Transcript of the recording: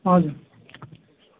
हजुर